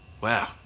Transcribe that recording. Wow